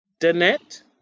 Danette